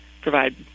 provide